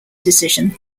decision